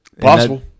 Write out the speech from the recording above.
Possible